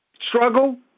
struggle